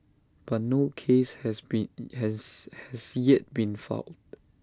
but no case has been has has yet been filed